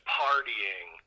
partying